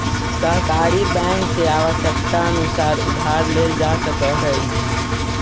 सहकारी बैंक से आवश्यकतानुसार उधार लेल जा सकऽ हइ